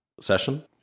session